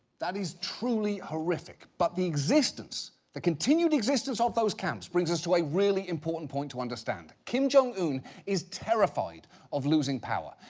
that is truly horrific. but the existence, the continued existence of those camps brings us to a really important point to understand. kim jong-un is terrified of losing power.